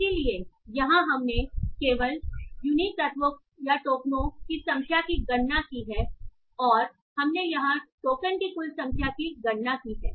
इसलिए यहां हमने केवल यूनीकतत्वों या टोकनों की संख्या की गणना की है और हमने यहां टोकन की कुल संख्या की गणना की है